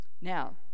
now